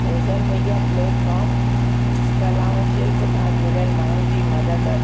social media platform कला ऐं शिल्प सां जुड़ियल माण्हूनि जी मदद